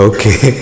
Okay